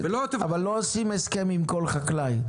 אבל לא עושים הסכם עם כל חקלאי,